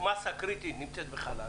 מסה קריטית נמצאת בחל"ת,